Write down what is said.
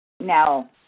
Now